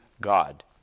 God